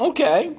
Okay